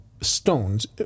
stones